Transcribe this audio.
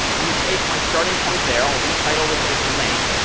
let me paste my starting point there. i'll retitle this as link.